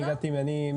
אני הגעתי מרשות מקומית,